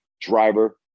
driver